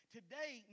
Today